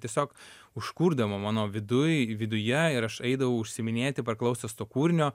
tiesiog užkurdavo mano viduj viduje ir aš eidavau užsiiminėti perklausęs to kūrinio